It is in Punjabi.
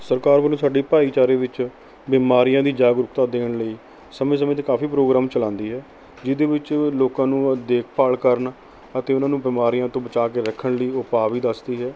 ਸਰਕਾਰ ਵੱਲੋਂ ਸਾਡੀ ਭਾਈਚਾਰੇ ਵਿੱਚ ਬਿਮਾਰੀਆਂ ਦੀ ਜਾਗਰੂਕਤਾ ਦੇਣ ਲਈ ਸਮੇਂ ਸਮੇਂ 'ਤੇ ਕਾਫੀ ਪ੍ਰੋਗਰਾਮ ਚਲਾਉਂਦੀ ਹੈ ਜਿਹਦੇ ਵਿੱਚ ਲੋਕਾਂ ਨੂੰ ਦੇਖਭਾਲ ਕਰਨ ਅਤੇ ਉਹਨਾਂ ਨੂੰ ਬਿਮਾਰੀਆਂ ਤੋਂ ਬਚਾ ਕੇ ਰੱਖਣ ਲਈ ਉਪਾਅ ਵੀ ਦੱਸਦੀ ਹੈ